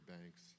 banks